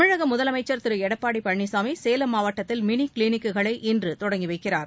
தமிழக முதலமைச்சர் திரு எடப்பாடி பழனிசாமி சேலம் மாவட்டத்தில் மினி கிளினிக்குகளை இன்று தொடங்கி வைக்கிறார்